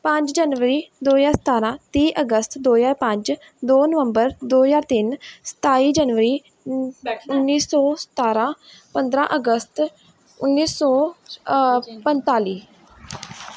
ਪੰਜ ਜਨਵਰੀ ਦੋ ਹਜ਼ਾਰ ਸਤਾਰ੍ਹਾਂ ਤੀਹ ਅਗਸਤ ਦੋ ਹਜ਼ਾਰ ਪੰਜ ਦੋ ਨਵੰਬਰ ਦੋ ਹਜ਼ਾਰ ਤਿੰਨ ਸਤਾਈ ਜਨਵਰੀ ਉੱਨੀ ਸੌ ਸਤਾਰ੍ਹਾਂ ਪੰਦਰ੍ਹਾਂ ਅਗਸਤ ਉੱਨੀ ਸੌ ਪੰਤਾਲੀ